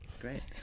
Great